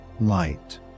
light